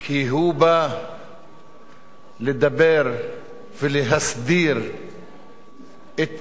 כי הוא בא לדבר ולהסדיר את